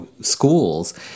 schools